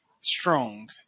strong